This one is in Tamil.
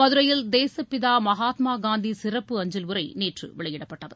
மதுரையில் தேசப்பிதா மகாத்மா காந்தி சிறப்பு அஞ்சல் உறை நேற்று வெளியிடப்பட்டது